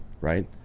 Right